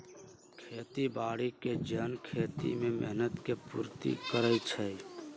खेती बाड़ी के जन खेती में मेहनत के पूर्ति करइ छइ